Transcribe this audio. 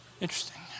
Interesting